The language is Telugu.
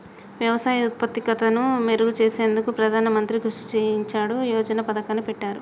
వ్యవసాయ ఉత్పాదకతను మెరుగు చేసేందుకు ప్రధాన మంత్రి కృషి సించాయ్ యోజన పతకాన్ని పెట్టారు